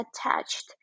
attached